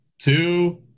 two